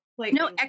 No